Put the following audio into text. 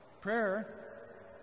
Prayer